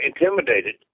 intimidated